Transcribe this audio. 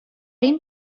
این